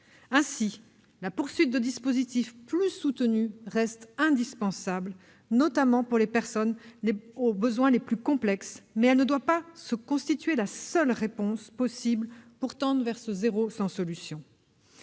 mise en place de dispositifs plus soutenus reste indispensable, notamment pour les personnes présentant les besoins les plus complexes, mais elle ne doit pas constituer la seule réponse possible pour tendre vers ce « zéro sans solution